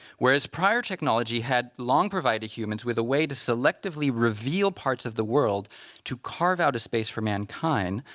whereas prior technology had long provided humans with a way to selectively reveal parts of the world to carve out a space for mankind,